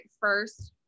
first